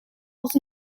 als